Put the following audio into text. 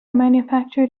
manufactured